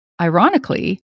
Ironically